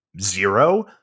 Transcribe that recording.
zero